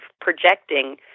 projecting